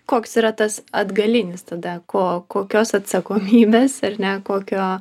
koks yra tas atgalinis tada ko kokios atsakomybės ar ne kokio